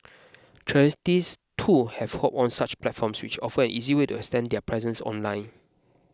charities too have hopped on such platforms which offer an easy way to extend their presence online